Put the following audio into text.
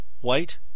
white